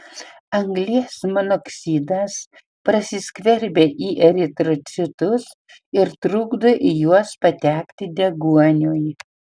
anglies monoksidas prasiskverbia į eritrocitus ir trukdo į juos patekti deguoniui